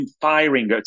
firing